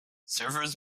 servers